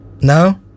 No